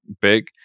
big